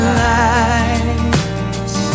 lights